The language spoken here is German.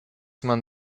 man